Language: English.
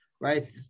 right